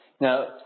Now